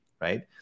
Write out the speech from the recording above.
Right